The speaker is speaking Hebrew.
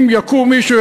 אם יקום מישהו,